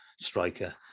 striker